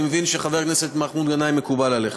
אני מבין, חבר הכנסת מסעוד גנאים, שזה מקובל עליך.